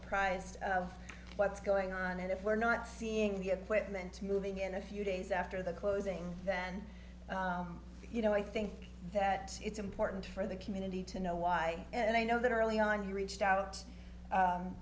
prised of what's going on and if we're not seeing the appointments moving in a few days after the closing then you know i think that it's important for the community to know why and i know that early on we reached out